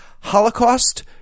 Holocaust